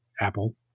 Apple